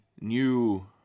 new